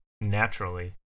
naturally